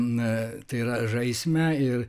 na tai yra žaismę ir